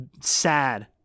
sad